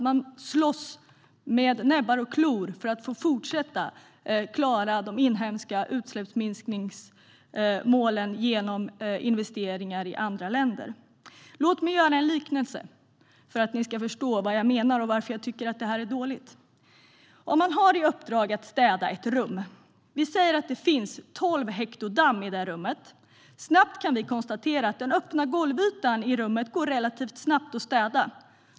Man slåss med näbbar och klor för att få fortsätta att klara de inhemska utsläppsminskningsmålen genom att investera i andra länder. Låt mig framföra en liknelse för att ni ska förstå vad jag menar och varför jag tycker att det är dåligt. Du har i uppdrag att städa ett rum. Vi säger att det finns tolv hekto damm i rummet. Snabbt kan vi konstatera att den öppna golvytan i rummet går relativt snabbt att städa.